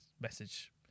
message